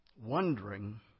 wondering